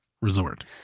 resort